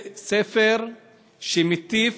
ספר שמסית